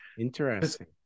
Interesting